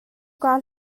kaa